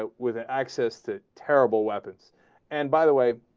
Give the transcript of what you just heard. ah with access to terrible weapons and by the way